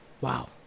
Wow